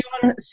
John